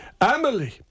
Emily